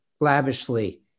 lavishly